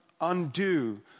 undo